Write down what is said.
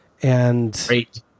Great